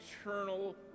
eternal